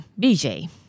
BJ